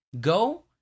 Go